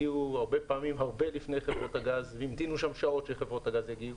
שהגיעו הרבה פעמים לפני חברות הגז והמתינו שם שעות שחברות הגז יגיעו.